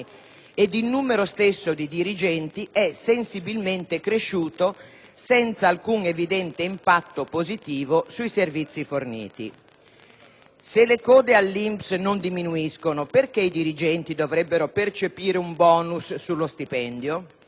ed il numero stesso dei dirigenti è sensibilmente cresciuto senza alcun evidente impatto positivo sui servizi forniti. Se le code all'INPS non diminuiscono, perché i dirigenti dovrebbero percepire un *bonus* sullo stipendio?